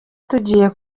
tugiye